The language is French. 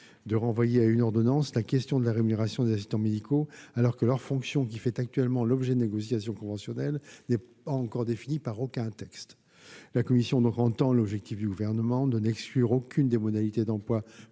de renvoyer à une ordonnance la question de la rémunération des assistants médicaux, alors que leur fonction, qui fait actuellement l'objet de négociations conventionnelles, n'est encore définie par aucun texte. La commission entend l'objectif du Gouvernement de n'exclure aucune des modalités d'emploi